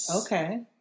Okay